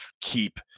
keep